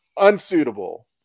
Unsuitable